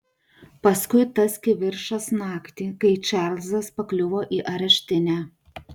paskui tas kivirčas naktį kai čarlzas pakliuvo į areštinę